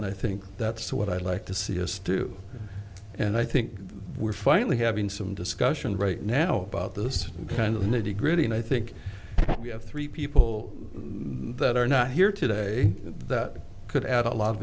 and i think that's what i'd like to see us do and i think we're finally having some discussion right now about this kind of nitty gritty and i think we have three people that are not here that could add a lot of